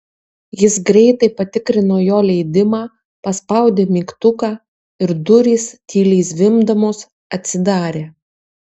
jie greitai patikrino jo leidimą paspaudė mygtuką ir durys tyliai zvimbdamos atsidarė